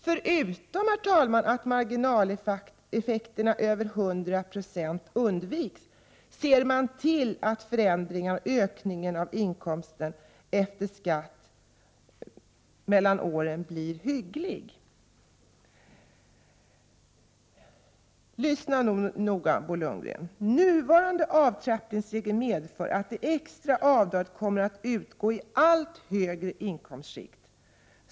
Förutom att man undviker marginaleffekter över 100 96 ser man till att ökningen av inkomsten efter skatt mellan åren blir hygglig. Lyssna nu noga, Bo Lundgren! Nuvarande avtrappningsregler medför att det extra avdraget kommer att utgå i allt högre inkomstskikt.